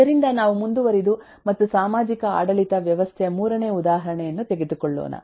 ಆದ್ದರಿಂದ ನಾವು ಮುಂದುವರಿದು ಮತ್ತು ಸಾಮಾಜಿಕ ಆಡಳಿತ ವ್ಯವಸ್ಥೆಯ ಮೂರನೇ ಉದಾಹರಣೆಯನ್ನು ತೆಗೆದುಕೊಳ್ಳೋಣ